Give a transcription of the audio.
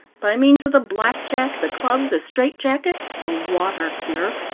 by means of the blackjack, the club, the straightjacket, the water-cure,